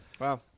Wow